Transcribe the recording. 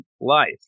life